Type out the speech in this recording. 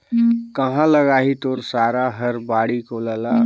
काँहा लगाही तोर सारा हर बाड़ी कोला ल